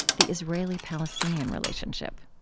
the israeli-palestinian relationship